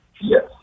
Yes